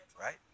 right